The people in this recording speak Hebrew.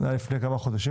זה היה כבר לפני כמה חודשים,